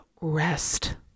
rest